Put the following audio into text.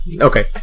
okay